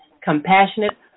compassionate